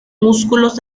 músculos